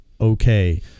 okay